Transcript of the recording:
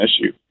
issue